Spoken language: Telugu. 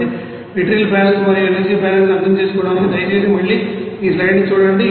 కాబట్టి మెటీరియల్ బ్యాలెన్స్ మరియు ఎనర్జీ బ్యాలెన్స్ని అర్థం చేసుకోవడానికి దయచేసి మళ్లీ ఈ స్లయిడ్ని చూడండి